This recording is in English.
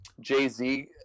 Jay-Z